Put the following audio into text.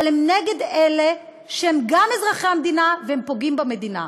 אבל הן נגד אלה שהם גם אזרחי המדינה והם פוגעים במדינה.